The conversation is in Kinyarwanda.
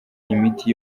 imiti